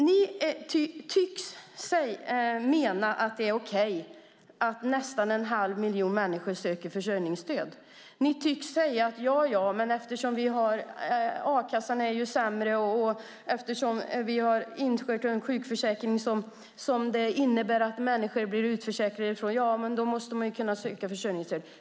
Ni tycks mena att det är okej att nästan en halv miljon människor söker försörjningsstöd. Ni tycks säga att eftersom a-kassan är sämre och ni har infört en sjukförsäkring som människor blir utförsäkrade ifrån måste de kunna söka försörjningsstöd.